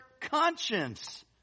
conscience